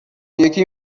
یکی